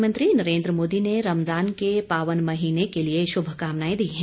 प्रधानमंत्री नरेन्द्र मोदी ने रमजान के पावन महीने के लिए शुभकामनाएं दी हैं